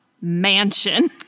mansion